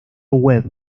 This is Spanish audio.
web